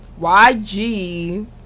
yg